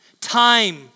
time